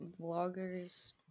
vloggers